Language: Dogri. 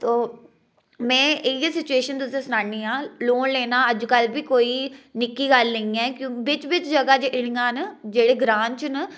ते में इ'यै सिचुऐशन तुसेंगी सनान्नी आं लोन लैना अजकल बी कोई निक्की गल्ल निं ऐ बिच बिच जगह् न जेह्ड़ियां जेह्ड़े ग्रांऽ च न